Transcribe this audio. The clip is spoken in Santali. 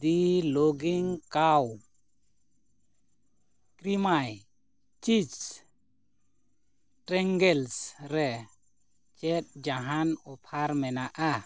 ᱫᱤ ᱞᱟᱯᱷᱤᱝ ᱠᱟᱣ ᱠᱨᱤᱢᱟᱭ ᱪᱤᱡᱽ ᱴᱨᱮᱝᱜᱮᱞᱥ ᱨᱮ ᱪᱮᱫ ᱡᱟᱦᱟᱱ ᱚᱯᱷᱟᱨ ᱢᱮᱱᱟᱜᱼᱟ